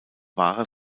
wahrer